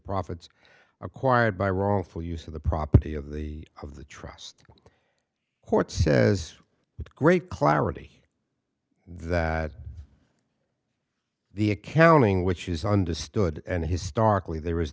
profits acquired by wrongful use of the property of the of the trust court says with great clarity that the accounting which is understood and historically there is